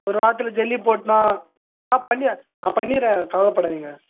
ஒருவாரத்தில் ஜல்லி போடணும் ஆ பண்ணிடறேன் நான் பண்ணிடறேன் கவலைப்படாதிங்க